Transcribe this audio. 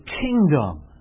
kingdom